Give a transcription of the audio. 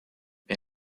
wer